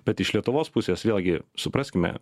bet iš lietuvos pusės vėlgi supraskime